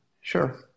sure